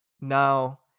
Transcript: now